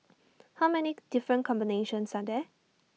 how many different combinations are there